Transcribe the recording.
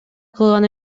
кылган